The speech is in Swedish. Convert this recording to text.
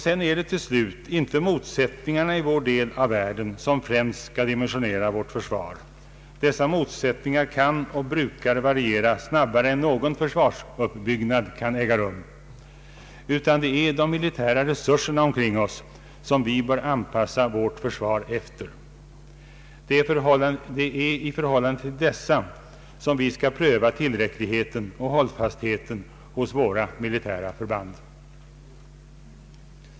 Sedan är det till slut inte motsättningarna i vår del av världen som främst skall dimensionera vårt försvar — dessa motsättningar kan och brukar variera snabbare än någon försvarsuppbyggnad kan äga rum — utan det är de militära resurserna omkring oss som vi bör anpassa vårt försvar efter. Det är i förhållande till dessa som vi skall pröva tillräckligheten och hållfastheten hos våra militära förband.